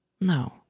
No